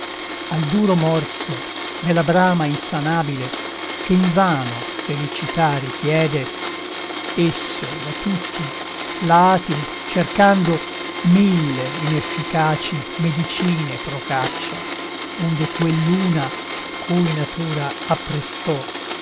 al duro morso della brama insanabile che invano felicità richiede esso da tutti lati cercando mille inefficaci medicine procaccia onde quell'una cui natura apprestò